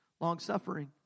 long-suffering